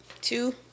Two